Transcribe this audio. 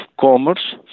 commerce